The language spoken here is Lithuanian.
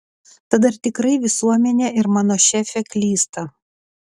tad ar tikrai visuomenė ir mano šefė klysta